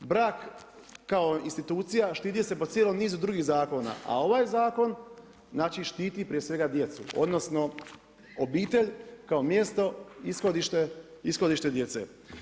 Brak kao institucija štiti se po cijelom nizu drugih zakona, a ovaj zakon znači štiti prije svega djecu, odnosno obitelj kao mjesto, ishodište djece.